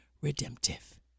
redemptive